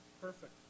Perfect